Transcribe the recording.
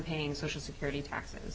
paying social security taxes